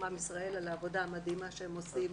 עם ישראל על העבודה המדהימה שהם עושים